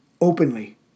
openly